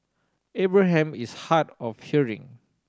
Abraham is hard of hearing